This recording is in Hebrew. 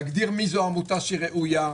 להגדיר מי עמותה ראויה,